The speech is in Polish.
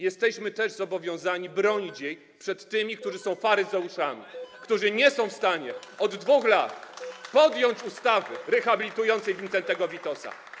Jesteśmy też zobowiązani bronić jej przed tymi, którzy są faryzeuszami, którzy nie są w stanie od 2 lat przyjąć ustawy rehabilitującej Wincentego Witosa.